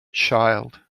child